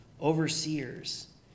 overseers